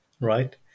Right